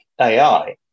AI